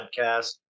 podcast